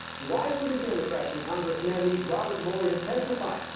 why would the democrats in congress now need robert mueller to testify?